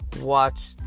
Watch